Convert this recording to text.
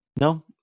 No